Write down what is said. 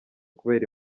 kubera